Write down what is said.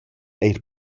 eir